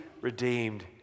redeemed